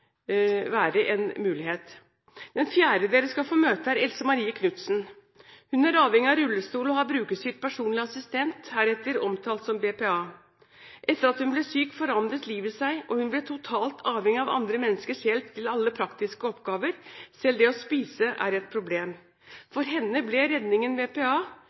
være en mulighet. Den fjerde dere skal få møte, er Else Marie Knutsen. Hun er avhengig av rullestol og har brukerstyrt personlig assistent, heretter omtalt som BPA. Etter at hun ble syk, forandret livet seg og hun ble totalt avhengig av andre menneskers hjelp til alle praktiske oppgaver – selv det å spise er et problem. For henne ble redningen BPA.